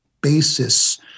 basis